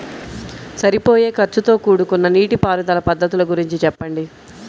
సరిపోయే ఖర్చుతో కూడుకున్న నీటిపారుదల పద్ధతుల గురించి చెప్పండి?